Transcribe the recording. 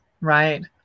right